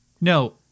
No